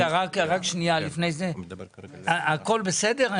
הכול בסדר?